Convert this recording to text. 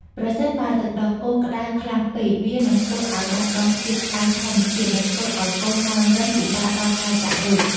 ប្រសិនបើទឹកដោះគោក្តៅខ្លាំងពេក វានឹងធ្វើឱ្យបាត់បង់ជាតិផ្អែមធម្មជាតិ និងធ្វើឱ្យហ្វូមឡើងរឹងពិបាកដល់ការចាក់រូប។